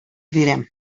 бирәм